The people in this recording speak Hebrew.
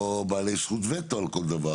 לא יודע מה.